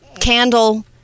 candle